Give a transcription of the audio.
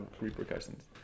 repercussions